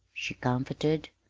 she comforted.